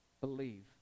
believe